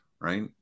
Right